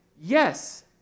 yes